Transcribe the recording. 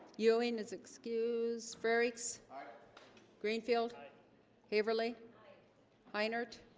yoenis excuse verax greenfield haverly meinert